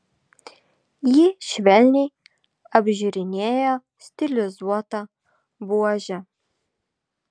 ji švelniai apžiūrinėjo stilizuotą buožę